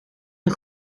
een